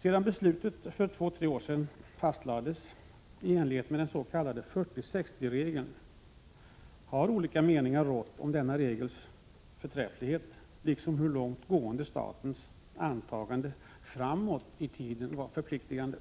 Sedan beslutet för två tre år sedan fastlades i enlighet med den s.k. 40/60-regeln har man haft delade meningar om denna regels förträfflighet, liksom om hur långt gående statens antagande framåt i tiden var förpliktande.